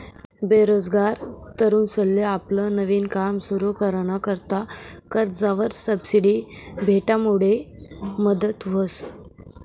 बेरोजगार तरुनसले आपलं नवीन काम सुरु कराना करता कर्जवर सबसिडी भेटामुडे मदत व्हस